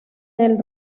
del